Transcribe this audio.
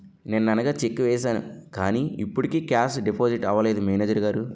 నిన్ననగా చెక్కు వేసాను కానీ ఇప్పటికి కేషు డిపాజిట్ అవలేదు మేనేజరు గారు